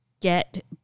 get